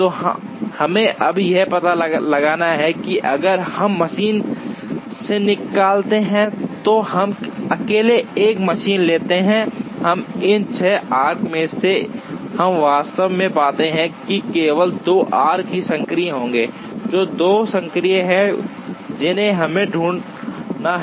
तो हमें अब यह पता लगाना है कि अगर हम मशीन से निकालते हैं तो हम अकेले 1 मशीन लेते हैं इन 6 आर्क्स में से हम वास्तव में पाते हैं कि केवल 2 आर्क्स ही सक्रिय होंगे जो 2 सक्रिय हैं जिन्हें हमें बाहर ढूंढना है